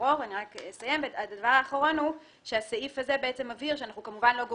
שונה מהסיטואציה של אדם שאינו נתון